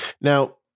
Now